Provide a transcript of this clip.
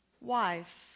wife